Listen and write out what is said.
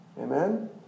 Amen